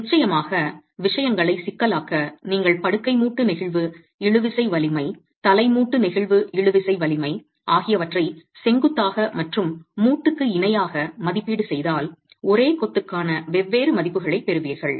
நிச்சயமாக விஷயங்களை சிக்கலாக்க நீங்கள் படுக்கை மூட்டு நெகிழ்வு இழுவிசை வலிமை தலை மூட்டு நெகிழ்வு இழுவிசை வலிமை ஆகியவற்றை செங்குத்தாக மற்றும் மூட்டுக்கு இணையாக மதிப்பீடு செய்தால் ஒரே கொத்துக்கான வெவ்வேறு மதிப்புகளைப் பெறுவீர்கள்